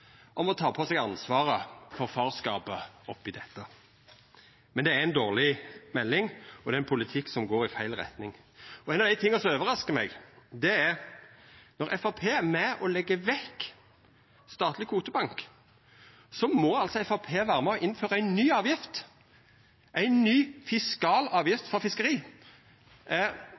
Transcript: ta på seg ansvaret for farskapet. Dette er ei dårleg melding, og det er ein politikk som går i feil retning. Noko av det som overraskar meg, er at når Framstegspartiet er med og legg vekk ein statleg kvotebank, så må dei altså vera med på å innføra ei ny avgift, ei ny fiskalavgift for